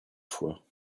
fois